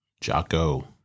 Jocko